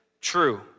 true